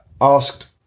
asked